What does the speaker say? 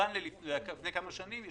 מעודכן ללפני כמה שנים.